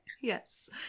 Yes